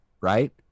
right